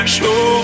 show